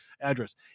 address